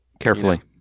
carefully